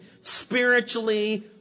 spiritually